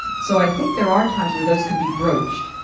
so i think there are times where those could be broached,